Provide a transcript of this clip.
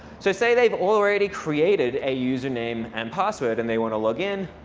so say they've already created a user name and password and they want to log in.